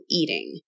eating